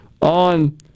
on